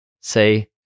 say